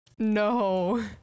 No